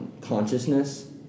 consciousness